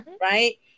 Right